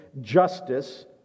justice